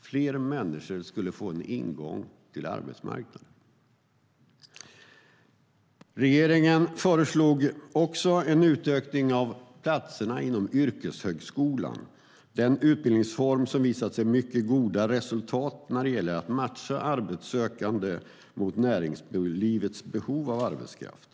Fler människor skulle få en ingång till arbetsmarknaden. Regeringen föreslog också en utökning av platserna inom yrkeshögskolan. Det är en utbildningsform som har visat mycket goda resultat när det gäller att matcha arbetssökande mot näringslivets behov av arbetskraft.